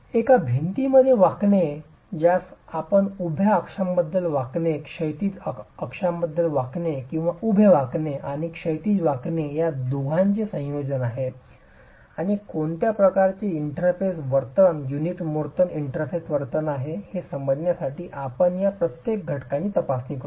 एका भिंतीमध्ये वाकणे ज्यास आपण उभ्या अक्षांबद्दल वाकणे क्षैतिज अक्षांबद्दल वाकणे किंवा उभ्या वाकणे आणि क्षैतिज वाकणे या दोहोंचे संयोजन आहे आणि कोणत्या प्रकारचे इंटरफेस वर्तन युनिट मोर्टार इंटरफेस वर्तन आहे हे समजण्यासाठी आम्ही या प्रत्येक घटकाची तपासणी करू